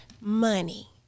money